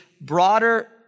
broader